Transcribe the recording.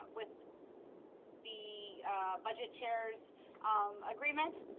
with the budget chairs um agreement,